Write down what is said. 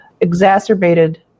exacerbated